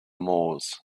moors